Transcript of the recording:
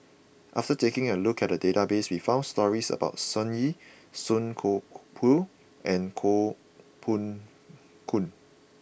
after taking a look at the database we found stories about Sun Yee Song Koon Poh and Koh Poh Koon